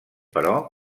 però